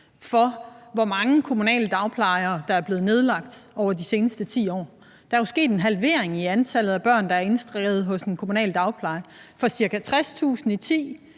for, hvor mange kommunale dagplejere der er blevet nedlagt over de seneste 10 år. Der er jo sket en halvering i antallet af børn, der er indregistreret hos en kommunal dagpleje – fra ca. 60.000 i 2010